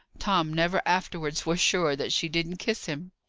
tom never afterwards was sure that she didn't kiss him.